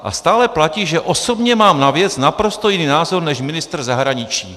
A stále platí, že osobně mám na věc naprosto jiný názor než ministr zahraničí.